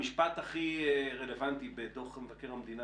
המשפט הכי רלוונטי בדוח מבקר המדינה